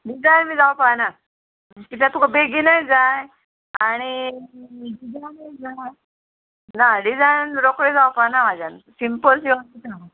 design बी जावपा ना कित्याक तुका बेगिनूय जाय आनी डिजायन जाय ना डिजायन रोखडे जावपाना म्हाज्यान सिंपल जी वचून